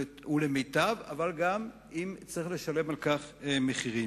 ולמיטב אבל גם אם צריך לשלם על כך מחירים,